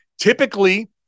Typically